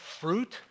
fruit